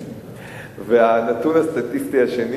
והנתון הסטטיסטי השני,